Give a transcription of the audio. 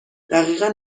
دقیقا